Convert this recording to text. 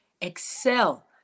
excel